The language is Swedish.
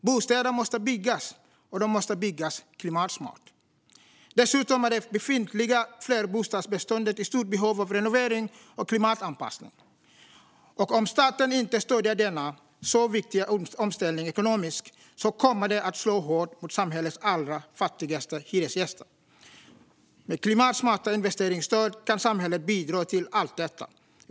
Bostäder måste byggas, och de måste byggas klimatsmart. Dessutom är det befintliga flerbostadsbeståndet i stort behov av renovering och klimatanpassning. Om staten inte stöder denna så viktiga omställning ekonomiskt kommer det att slå hårt mot samhällets allra fattigaste hyresgäster. Med klimatsmarta investeringsstöd kan samhället bidra till allt detta.